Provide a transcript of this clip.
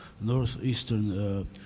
northeastern